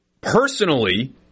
personally